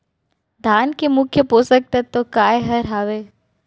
धान के मुख्य पोसक तत्व काय हर हावे?